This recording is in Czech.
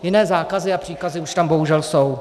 Jiné zákazy a příkazy už tam bohužel jsou.